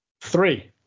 Three